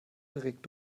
regt